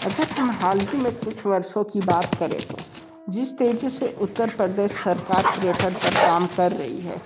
अगर हम हाल ही में कुछ वर्षों की बात करें तो जिस तेजी से उत्तर प्रदेश सरकार पर्यटन पर काम कर रही है